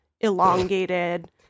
elongated